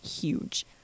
huge